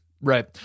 right